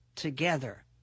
Together